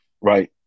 right